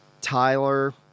Tyler